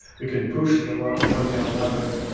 we can push the rock and one way or another,